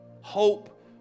Hope